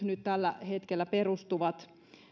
nyt tällä hetkellä perustuvat